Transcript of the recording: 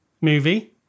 movie